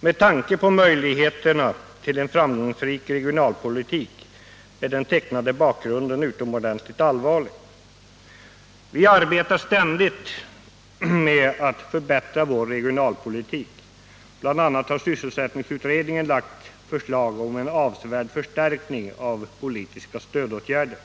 Med tanke på möjligheterna till en framgångsrik regionalpolitik är den tecknade bakgrunden utomordentligt allvarlig. Vi arbetar med att ständigt förbättra vår regionalpolitik. Bl. a. har sysselsättningsutredningen lagt fram förslag om en avsevärd förstärkning av politiska stödåtgärder.